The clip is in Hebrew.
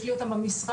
יש לי אותם במשרד,